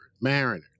Mariner